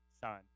son